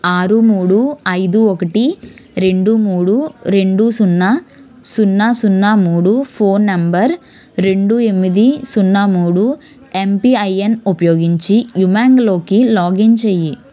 ఆరు మూడు ఐదు ఒకటి రెండు మూడు రెండు సున్నా సున్నా సున్నా మూడు ఫోన్ నంబర్ రెండు ఎనిమిది సున్నా మూడు ఎంపీఐఎన్ ఉపయోగించి యుమాంగ్లోకి లాగిన్ చెయ్యి